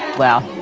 wow.